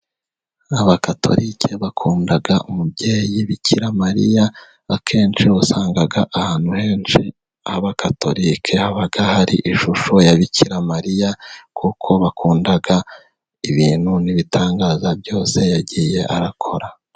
Abakatorike bakunda umubyeyi bikira mariya, akenshi usanga ahantu henshi habakatorike, haba hari ishusho ya bikira mariya, kuko bakunda ibintu n'ibitangaza byose yagiye arakora.